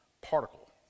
particle